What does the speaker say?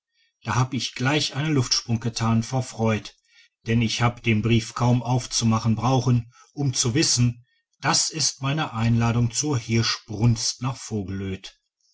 da hab ich gleich einen luftsprung getan vor freud denn ich habe den brief kaum aufzumachen brauchen um zu wissen das ist meine einladung zur hirschbrunst nach vogelöd